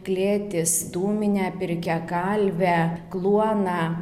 klėtis dūminę pirkią kalvę kluoną